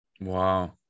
wow